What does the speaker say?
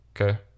Okay